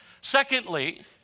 Secondly